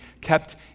kept